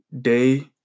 day